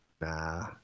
Nah